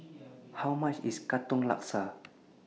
How much IS Katong Laksa